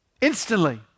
instantly